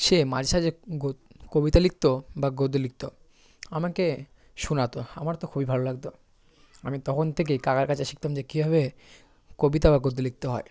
সে মাঝ সাঝে কবিতা লিখতো বা গদ্য লিখতো আমাকে শোনাতো আমার তো খুবই ভালো লাগতো আমি তখন থেকেই কাকার কাছে শিখতাম যে কীভাবে কবিতা বা গদ্য লিখতে হয়